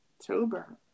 october